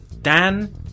Dan